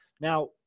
Now